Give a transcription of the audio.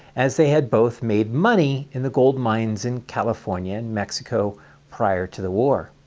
as they had both made money in the gold mines in california and mexico prior to the war.